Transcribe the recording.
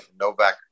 Novak